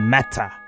matter